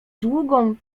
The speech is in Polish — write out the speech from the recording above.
długą